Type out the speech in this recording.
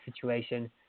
situation